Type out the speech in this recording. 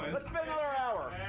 let's spend another hour